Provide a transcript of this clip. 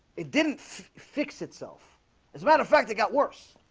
it didn't fix itself as a matter of fact it got worse